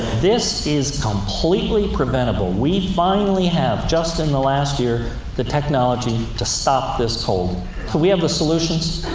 this is completely preventable. we finally have, just in the last year, the technology to stop this cold. could we have the solutions?